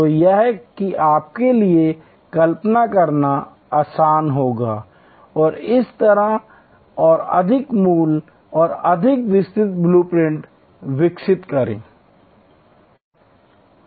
तो यह कि आपके लिए कल्पना करना आसान हो जाता है संदर्भ समय ० 8५३ और इस तरह के और अधिक मूल और अधिक विस्तृत ब्लू प्रिंट विकसित करें